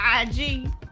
IG